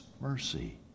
mercy